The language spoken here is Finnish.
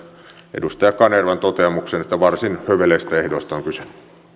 edustaja kanervan toteamukseen että varsin höveleistä ehdoista on kyse